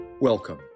Welcome